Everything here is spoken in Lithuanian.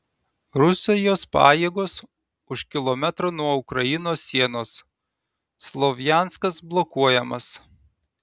rusijos pajėgos už kilometro nuo ukrainos sienos slovjanskas blokuojamas